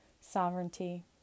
sovereignty